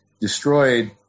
destroyed